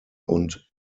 und